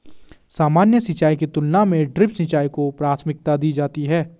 सामान्य सिंचाई की तुलना में ड्रिप सिंचाई को प्राथमिकता दी जाती है